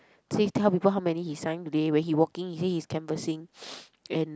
say tell people how many he sign today where he walking he say he's canvassing and